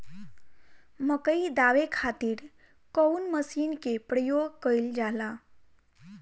मकई दावे खातीर कउन मसीन के प्रयोग कईल जाला?